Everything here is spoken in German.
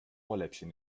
ohrläppchen